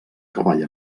cavall